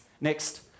Next